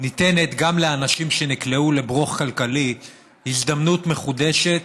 ניתנת לאנשים שנקלעו לברוך כלכלי הזדמנות מחודשת